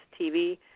TV